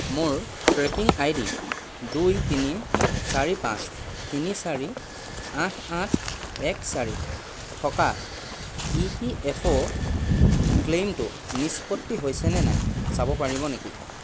মোৰ tracking I D দুই তিনি চাৰি পাঁচ তিনি চাৰি আঠ আঠ এক চাৰি থকা ই পি এফ অ' ক্লেইমটো নিষ্পত্তি হৈছে নে নাই চাব পাৰিব নেকি